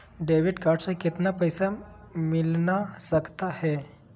Debit card से कितने पैसे मिलना सकता हैं?